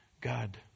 God